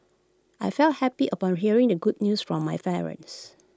I felt happy upon hearing the good news from my parents